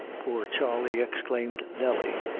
poor charley! exclaimed nelly,